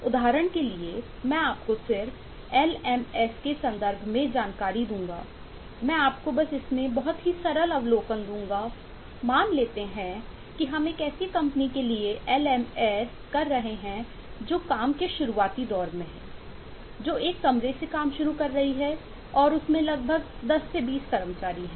उदाहरण के लिए मैं आपको सिर्फ एलएमएस कर रहे हैं जो काम शुरुआती दौर में है जो एक कमरे से काम शुरू कर रही है और उसके लगभग 10 से 20 कर्मचारी हैं